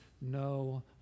no